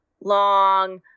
long